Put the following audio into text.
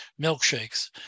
milkshakes